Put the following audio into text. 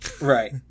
right